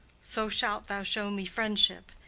so shalt thou show me friendship.